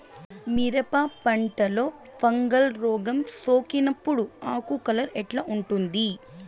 మిరప పంటలో ఫంగల్ రోగం సోకినప్పుడు ఆకు కలర్ ఎట్లా ఉంటుంది?